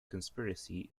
conspiracy